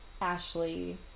Ashley